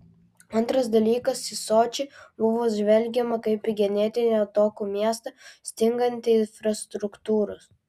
antras dalykas į sočį buvo žvelgiama kaip į ganėtinai atokų miestą stingantį infrastruktūros